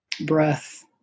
breath